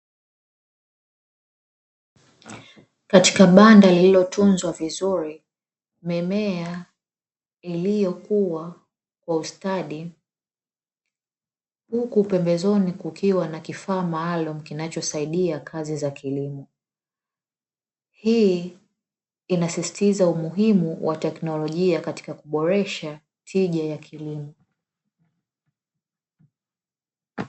Katika banda lililotunzwa vizuri mimea iliyo kua kwa ustadi. Huku pembezoni kukiwa na kifaa maalumu kinachosaidia kazi za kilimo. Hii inasisitiza umuhimu wa teknolojia katika kuboresha tija ya kilimo.